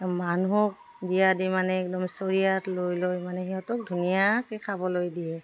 মানুহক দিয়া দি মানে একদম চৰিয়াত লৈ লৈ মানে সিহঁতক ধুনীয়াকৈ খাবলৈ দিয়ে